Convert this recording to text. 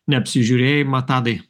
neapsižiūrėjimą tadai